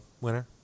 winner